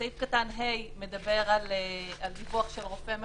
סעיף קטן (ה) מדבר על דיווח של רופא מחוזי,